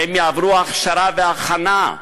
הם יעברו הכשרה והכנה,